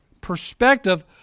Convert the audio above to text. perspective